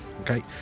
Okay